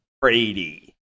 Brady